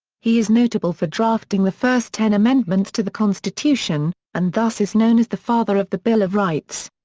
he is notable for drafting the first ten amendments to the constitution, and thus is known as the father of the bill of rights.